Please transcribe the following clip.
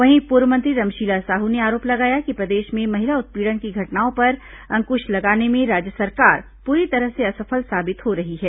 वहीं पूर्व मंत्री रमशीला साहू ने आरोप लगाया कि प्रदेश में महिला उत्पीड़न की घटनाओं पर अंकृश लगाने में राज्य सरकार पूरी तरह से असफल साबित हो रही है